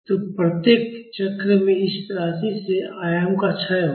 तो प्रत्येक चक्र में इस राशि से आयाम का क्षय होगा